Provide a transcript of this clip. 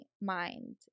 mind